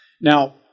Now